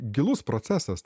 gilus procesas